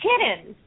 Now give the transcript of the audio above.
kittens